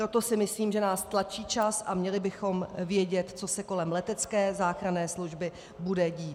Proto si myslím, že nás tlačí čas a měli bychom vědět, co se kolem letecké záchranné služby bude dít.